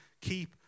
keep